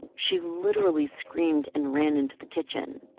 she literally screamed and ran into the kitchen.